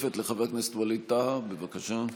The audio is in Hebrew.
שאלה נוספת, לחבר הכנסת ווליד טאהא, בבקשה.